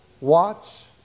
watch